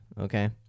Okay